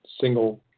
single